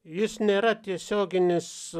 jis nėra tiesioginis